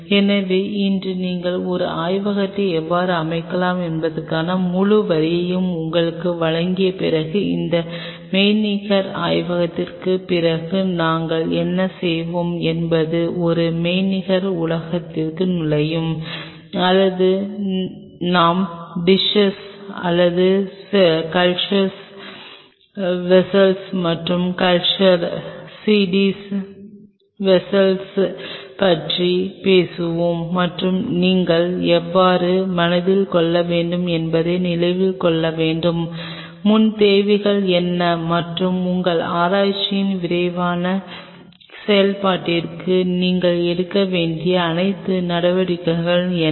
எனவே இன்று நீங்கள் ஒரு ஆய்வகத்தை எவ்வாறு அமைக்கலாம் என்பதற்கான முழு வரியையும் உங்களுக்கு வழங்கிய பிறகு இந்த மெய்நிகர் ஆய்வகத்திற்குப் பிறகு நாங்கள் என்ன செய்வோம் என்பது அந்த மெய்நிகர் உலகிற்குள் நுழையும் அங்கு நாம் டிஸ்ஸஸ் அல்லது கல்ச்சர் வெஸ்ஸல்ஸ் மற்றும் கல்ச்சர் CDs வெஸ்ஸல்ஸ் பற்றி பேசுவோம் மற்றும் நீங்கள் எவ்வாறு மனதில் கொள்ள வேண்டும் என்பதை நினைவில் கொள்ள வேண்டும் முன் தேவைகள் என்ன மற்றும் உங்கள் ஆராய்ச்சியின் விரைவான செயல்பாட்டிற்கு நீங்கள் எடுக்க வேண்டிய அனைத்து நடவடிக்கைகள் என்ன